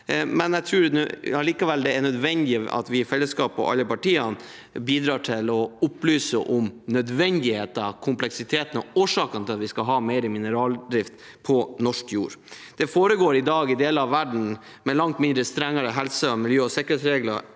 Jeg tror allikevel det er nødvendig at vi i fellesskap, alle partiene, bidrar til å opplyse om nødvendigheten, kompleksiteten og årsakene til at vi skal ha mer mineraldrift på norsk jord. Det foregår i dag i deler av verden med langt mindre strenge helse-, miljø- og sikkerhetsregler